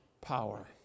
power